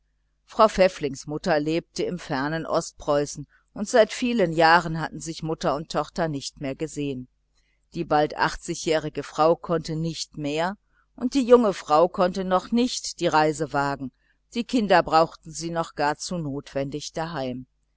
frau pfäfflings mutter lebte im fernen ostpreußen und seit vielen jahren hatten sich mutter und tochter nimmer gesehen die bald jährige frau konnte nicht mehr und die junge frau konnte noch nicht die reise wagen die kinder brauchten sie noch gar zu notwendig daheim